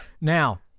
Now